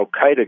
al-Qaeda